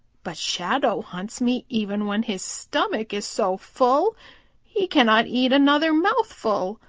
but shadow hunts me even when his stomach is so full he cannot eat another mouthful.